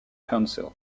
council